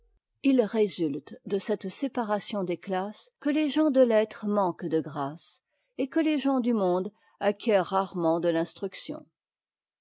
h résulte de cette séparation des classes que tes gens de lettres manquent de grâce et que les gens du monde acquièrent rarement de l'instruction